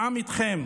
העם איתכן.